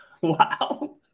Wow